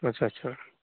अच्छा अच्छा